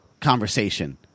conversation